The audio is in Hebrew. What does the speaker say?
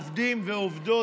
עובדים ועובדות,